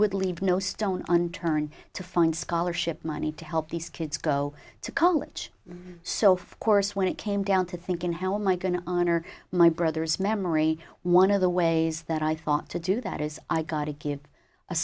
would leave no stone unturned to find scholarship money to help these kids go to college so for course when it came down to thinking how am i going to honor my brother's memory one of the ways that i thought to do that is i got to give a